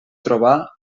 trobar